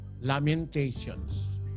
Lamentations